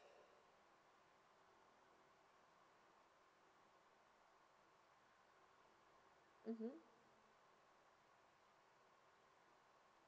mmhmm